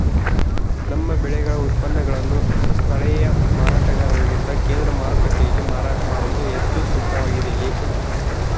ನಮ್ಮ ಬೆಳೆಗಳ ಉತ್ಪನ್ನಗಳನ್ನು ಸ್ಥಳೇಯ ಮಾರಾಟಗಾರರಿಗಿಂತ ಕೇಂದ್ರ ಮಾರುಕಟ್ಟೆಯಲ್ಲಿ ಮಾರಾಟ ಮಾಡುವುದು ಹೆಚ್ಚು ಸೂಕ್ತವಾಗಿದೆ, ಏಕೆ?